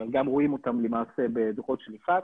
גם רואים אותם בדוחות של 'יפעת',